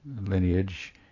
lineage